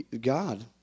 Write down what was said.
God